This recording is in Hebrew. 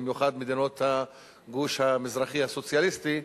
במיוחד מדינות הגוש המזרחי הסוציאליסטי,